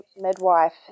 midwife